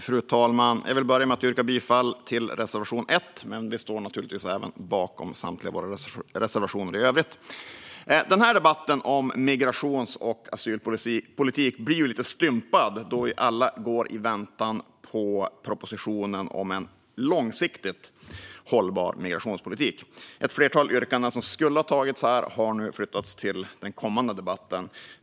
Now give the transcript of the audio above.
Fru talman! Jag vill börja med att yrka bifall till reservation 1. Vi står naturligtvis även bakom samtliga våra reservationer i övrigt. Den här debatten om migration och asylpolitik blir ju lite stympad då vi alla går i väntan på propositionen om en "långsiktigt" hållbar migrationspolitik. Ett flertal yrkanden som skulle ha behandlats här har nu flyttats till den kommande debatten.